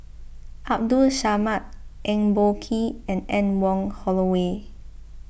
Abdul Samad Eng Boh Kee and Anne Wong Holloway